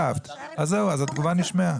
אז זהו, אז התגובה נשמעה.